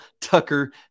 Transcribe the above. Tucker